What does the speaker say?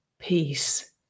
Peace